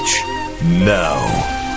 Now